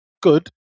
good